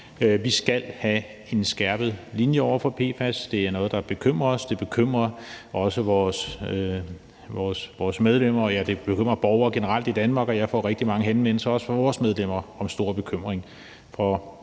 Vi skal have en skærpet linje over for PFAS. Det er noget, der bekymrer os, det bekymrer også vores medlemmer, og det bekymrer borgere generelt i Danmark. Jeg får rigtig mange henvendelser også fra vores medlemmer om stor bekymring